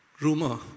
Rumor